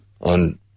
on